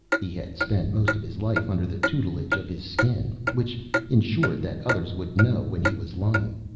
he had spent most of his life under the tutelage of his skin, which ensured that others would know when he was lying.